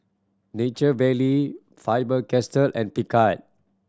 Nature Valley Faber Castell and Picard